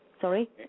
Sorry